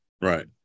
Right